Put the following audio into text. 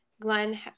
Glenn